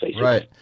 Right